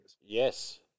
Yes